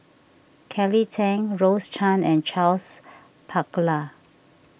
Kelly Tang Rose Chan and Charles Paglar